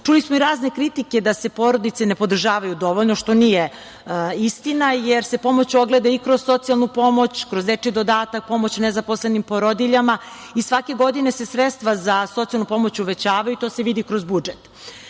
Čuli smo i razne kritike, da se porodice ne podržavaju dovoljno, što nije istina, jer se pomoć ogleda i kroz socijalnu pomoć, kroz dečiji dodatak, pomoć nezaposlenim porodiljama. Svake godine se sredstva za socijalnu pomoć uvećavaju i to se vidi kroz budžet. Mnoge